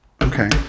Okay